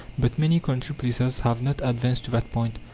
but many country places have not advanced to that point.